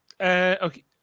Okay